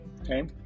Okay